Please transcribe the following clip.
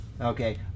okay